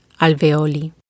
alveoli